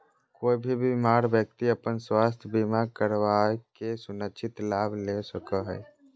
कोय भी बीमार व्यक्ति अपन स्वास्थ्य बीमा करवा के सुनिश्चित लाभ ले सको हय